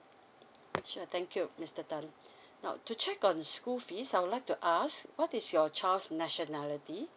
sure thank you mister tan now to check on school fees I would like to ask what is your child's nationality